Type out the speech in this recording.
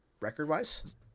record-wise